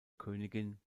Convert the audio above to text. königin